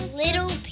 little